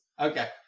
Okay